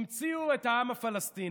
המציאו את העם הפלסטיני.